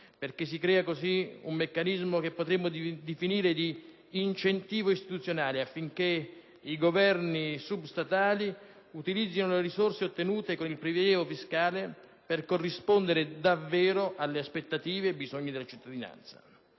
Si crea così un meccanismo che potremmo definire di incentivo istituzionale, affinché i governi substatali utilizzino le risorse ottenute con il prelievo fiscale per corrispondere davvero alle aspettative e ai bisogni della cittadinanza.